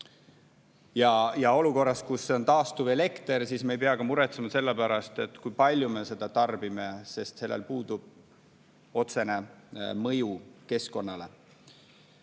Ja olukorras, kus see on taastuvelekter, ei pea me ka muretsema selle pärast, et kui palju me seda tarbime, sest sellel puudub otsene mõju keskkonnale.